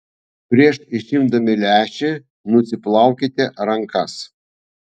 prieš išimdami lęšį nusiplaukite rankas